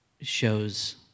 shows